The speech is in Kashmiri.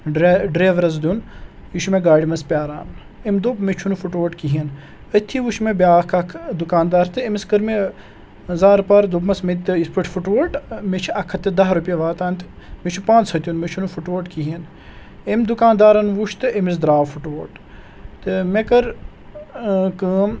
ڈرٛے ڈریورَس دیُن یہِ چھُ مےٚ گاڑِ منٛز پیٛاران أمۍ دوٚپ مےٚ چھُنہٕ پھُٹووٹ کِہیٖنۍ أتھی وُچھ مےٚ بیاکھ اَکھ دُکاندار تہٕ أمِس کٔر مےٚ زارٕپار دوٚپمَس مےٚ تہِ یِتھ پٲٹھۍ فُٹووٹ مےٚ چھِ اَکھ ہَتھ تہٕ دَہ رۄپیہِ واتان تہٕ مےٚ چھُ پانٛژھ ہَتھ دیُن مےٚ چھُنہٕ فُٹووٹ کِہیٖنۍ أمۍ دُکاندارَن وُچھ تہٕ أمِس درٛاو فُٹوٹ تہٕ مےٚ کٔر کٲم